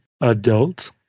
adult